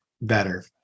better